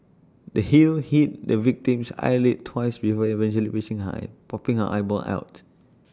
the heel hit the victim's eyelid twice before eventually piercing high popping A eyeball out